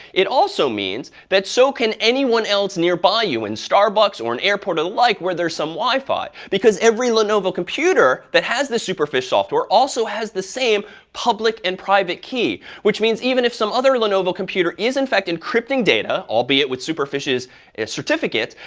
it also means that so can anyone else nearby you, in starbucks or an airport or the like, where there's some wi-fi. because every lenovo computer that has this superfish software also has the same public and private key, which means even if some other lenovo computer is in fact encrypting data, albeit with superfish's certificate,